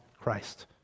Christ